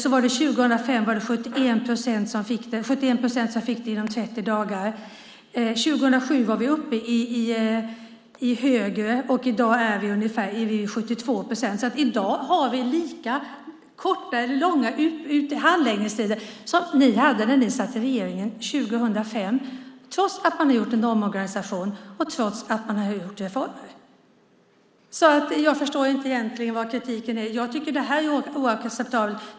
År 2005 var det 71 procent som fick det inom 30 dagar. År 2007 låg det ännu högre, och i dag är det 72 procent. I dag är det alltså lika korta eller långa handläggningstider som det var när ni satt i regeringen 2005, trots att man gjort en omorganisation och trots att man gjort reformer. Jag förstår därför inte kritiken. Jag tycker att det här är oacceptabelt.